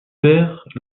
père